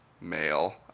Male